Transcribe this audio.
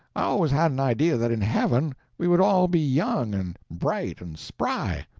i always had an idea that in heaven we would all be young, and bright, and spry.